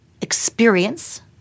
experience